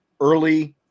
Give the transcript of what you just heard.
early